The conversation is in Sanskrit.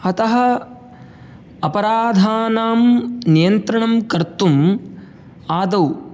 अतः अपराधानां नियन्त्रणं कर्तुम् आदौ